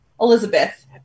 Elizabeth